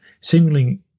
seemingly